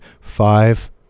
five